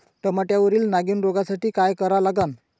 टमाट्यावरील नागीण रोगसाठी काय करा लागन?